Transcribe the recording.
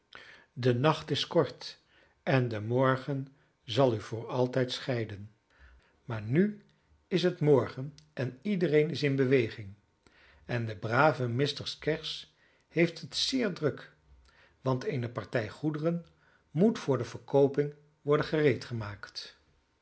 de nacht is kort en de morgen zal u voor altijd scheiden maar nu is het morgen en iedereen is in beweging en de brave mr skeggs heeft het zeer druk want eene partij goederen moet voor de verkooping worden